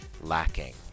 lacking